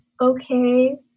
okay